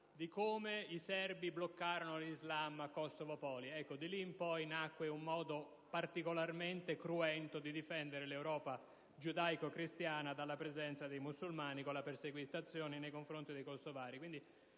in cui i serbi bloccarono l'Islam a Kosovopoli; di lì in poi nacque un modo particolarmente cruento di difendere l'Europa giudaico-cristiana dalla presenza di musulmani, con la persecuzione nei confronti dei kosovari.